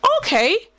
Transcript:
okay